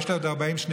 יש לי עוד 40 שניות,